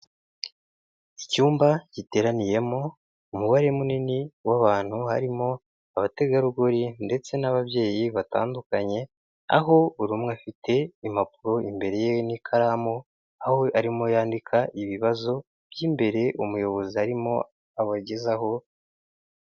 Icyumba giteraniyemo umubare munini w'abantu, harimo abategarugori ndetse n'ababyeyi batandukanye, aho buri umwe afite impapuro imbere ye n'ikaramu, aho arimo yandika ibibazo by'imbere umuyobozi arimo abagezaho.